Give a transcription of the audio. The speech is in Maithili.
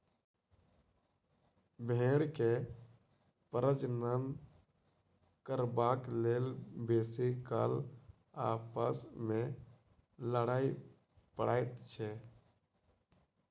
भेंड़ के प्रजनन करबाक लेल बेसी काल आपस मे लड़य पड़ैत छै